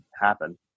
happen